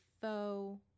faux